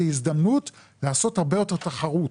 זו הזדמנות לעשות הרבה יותר תחרות,